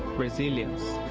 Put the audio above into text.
brazilians.